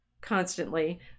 constantly